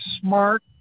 smart